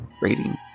rating